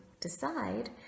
decide